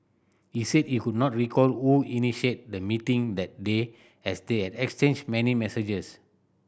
he said he could not recall who initiated the meeting that day as they had exchanged many messages